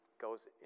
goes